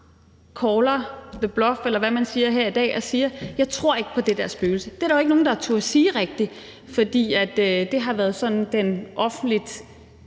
»call the bluff«, eller hvad man siger, her i dag og siger, at jeg ikke tror på det der spøgelse. Det er der jo ikke rigtig nogen der har turdet sige, fordi det har været sådan den offentligt